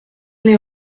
les